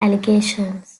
allegations